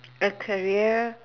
a career